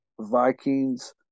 Vikings